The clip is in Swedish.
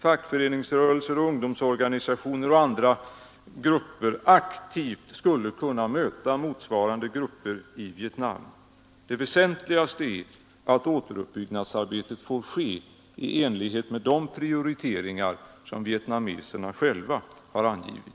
Fackföreningsrörelser, ungdomsorganisationer och andra grupper skulle aktivt kunna möta motsvarande grupper i Vietnam. Det väsentligaste är att återuppbyggnadsarbetet får ske i enlighet med de prioriteringar som vietnameserna själva har angivit.